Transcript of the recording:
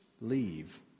leave